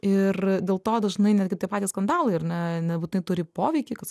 ir dėl to dažnai netgi tie patys skandalai ar ne nebūtinai turi poveikį kad